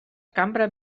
cambra